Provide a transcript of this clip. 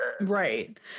right